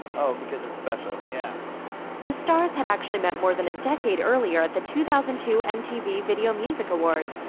oh, because it's special. yeah the stars had actually met more than a decade earlier at the two thousand and two mtv video music awards,